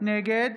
נגד